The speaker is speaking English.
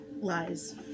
Lies